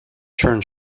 turn